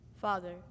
Father